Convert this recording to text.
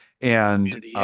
And-